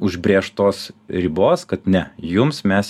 užbrėžtos ribos kad ne jums mes